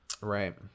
Right